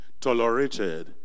tolerated